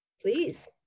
Please